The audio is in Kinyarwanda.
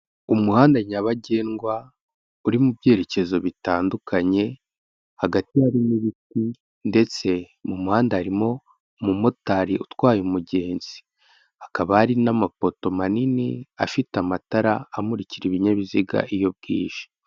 Umuhanda nyabagendwa uri mu byerekezo bitandukanye, hagati harimo ibiti ndetse mu muhanda harimo umumotari utwaye umugenzi, hakaba hari n'amapoto manini afite amatara amurikira ibinyabiziga iyo bwije.